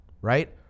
right